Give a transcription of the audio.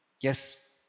Yes